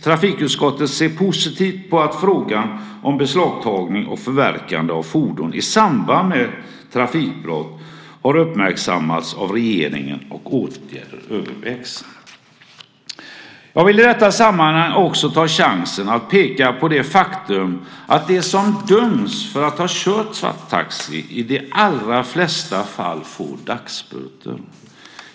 Trafikutskottet ser positivt på att frågan om beslagtagning och förverkande av fordon i samband med trafikbrott har uppmärksammats av regeringen och att åtgärder övervägs. Jag vill i detta sammanhang också ta chansen att peka på det faktum att de som döms för att ha kört svarttaxi i de allra flesta fall får dagsböter.